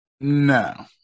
No